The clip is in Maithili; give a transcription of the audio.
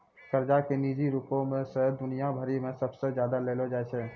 कर्जा के निजी रूपो से दुनिया भरि मे सबसे ज्यादा लेलो जाय छै